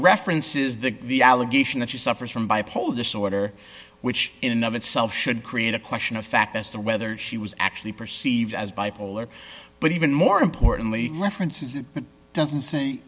references the allegation that she suffers from bipolar disorder which in of itself should create a question of fact as to whether she was actually perceived as bipolar but even more importantly references it doesn't say